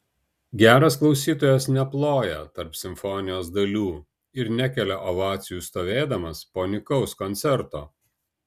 geras klausytojas neploja tarp simfonijos dalių ir nekelia ovacijų stovėdamas po nykaus koncerto